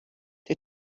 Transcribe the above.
der